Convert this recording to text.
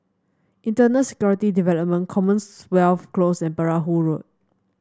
Internal Security Department Commonwealth Close and Perahu Road